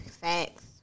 facts